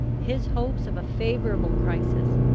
his hopes of a favourable crisis,